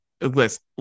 listen